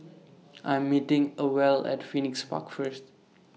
I Am meeting Ewell At Phoenix Park First